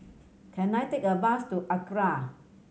can I take a bus to ACRA